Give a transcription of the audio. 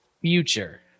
Future